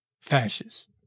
fascists